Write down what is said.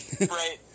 Right